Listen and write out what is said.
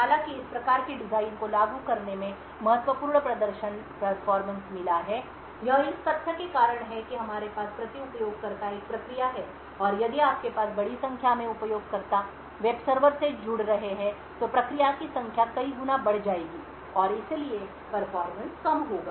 हालाँकि इस प्रकार के डिज़ाइन को लागू करने में महत्वपूर्ण प्रदर्शन मिला है यह इस तथ्य के कारण है कि हमारे पास प्रति उपयोगकर्ता एक प्रक्रिया है और यदि आपके पास बड़ी संख्या में उपयोगकर्ता वेब सर्वर से जुड़ रहे हैं तो प्रक्रिया की संख्या कई गुना बढ़ जाएगी और इसलिए प्रदर्शन कम होगा